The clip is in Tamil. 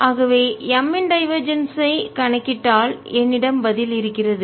ஆகவே M இன் டைவர்ஜென்ஸ் ஐ கணக்கிட்டால் என்னிடம் பதில் இருக்கிறது